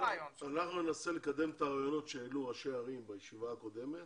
אנחנו ננסה לקדם את הרעיונות שהעלו ראשי הערים בישיבה הקודמת